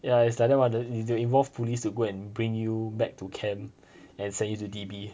ya it's like one they they'll involve police to go and bring you back to camp and send you to D_B